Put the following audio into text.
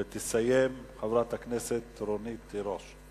ותסיים, חברת הכנסת רונית תירוש.